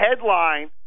headline